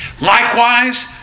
Likewise